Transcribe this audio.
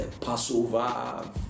Passover